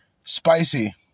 Spicy